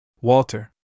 Walter